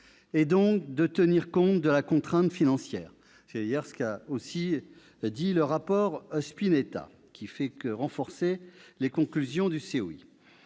et donc de tenir compte de la contrainte financière. C'est également ce que préconise le rapport Spinetta, qui ne fait que renforcer les conclusions du COI.